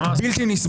בלתי נסבל.